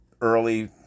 early